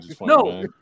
No